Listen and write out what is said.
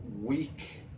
week